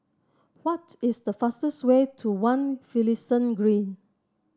what is the fastest way to One Finlayson Green